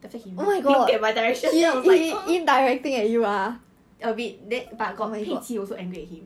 after that he look at my direction a bit but got pei qi also angry at him